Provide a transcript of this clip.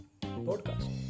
podcast